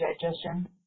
digestion